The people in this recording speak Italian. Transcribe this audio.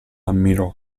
ammirò